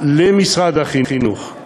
למשרד החינוך,